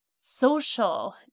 social